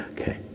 Okay